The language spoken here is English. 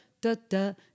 da-da